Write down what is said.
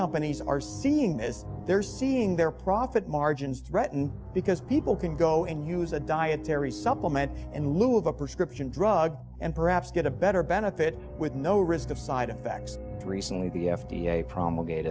companies are seeing as they're seeing their profit margins threatened because people can go and use a dietary supplement and lieu of a prescription drug and perhaps get a better benefit with no risk of side effects recently the f d a promulgated